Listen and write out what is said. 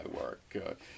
work